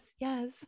Yes